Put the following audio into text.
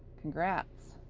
congrats!